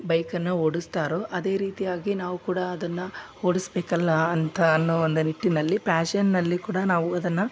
ಬೈಕನ್ನ ಓಡುಸ್ತಾರೋ ಅದೇ ರೀತಿಯಾಗಿ ನಾವು ಕೂಡ ಅದನ್ನ ಓಡಿಸಬೇಕಲ್ಲ ಅಂತ ಅನ್ನೋ ಒಂದು ನಿಟ್ಟಿನಲ್ಲಿ ಪ್ಯಾಶನ್ನಲ್ಲಿ ಕೂಡ ನಾವು ಅದನ್ನ